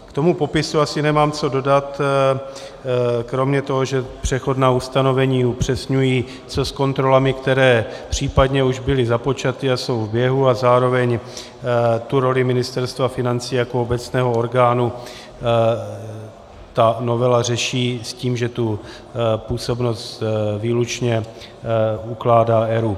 K tomu popisu asi nemám co dodat kromě toho, že přechodná ustanovení upřesňují, co s kontrolami, které případně už byly započaty a jsou v běhu, a zároveň roli Ministerstva financí jako obecného orgánu novela řeší s tím, že tu působnost výlučně ukládá ERÚ.